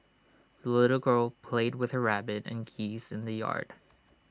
the little girl played with her rabbit and geese in the yard